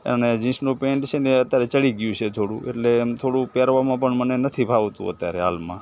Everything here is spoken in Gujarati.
અને જીન્સનું પેન્ટ છે ને એ અત્યારે ચડી ગયું છે થોડું એટલે એમ થોડું પહેરવામાં પણ મને નથી ફાવતું અત્યારે હાલમાં